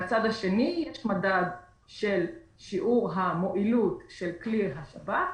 מהצד השני יש מדד של שיעור המועילות של כלי השב"כ